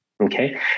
Okay